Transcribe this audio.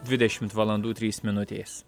dvidešimt valandų trys minutės